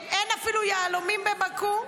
אין אפילו יהלומים בבאקו.